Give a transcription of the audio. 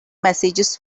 messages